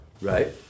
right